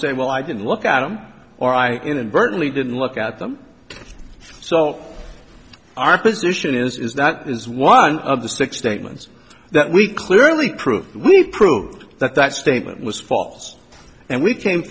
say well i didn't look at them or i inadvertently didn't look at them so our position is that is one of the six statements that we clearly proved we proved that that statement was false and we came